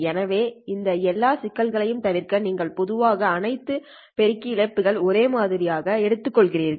எனவே இந்த எல்லா சிக்கல்களையும் தவிர்க்க நீங்கள் பொதுவாக அனைத்து பெருக்கி இழப்புகள் ஒரே மாதிரியாக எடுத்துக்கொள்கிறீர்கள்